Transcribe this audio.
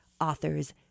authors